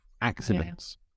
accidents